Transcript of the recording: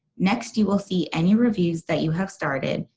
next, you will see any reviews that you have started,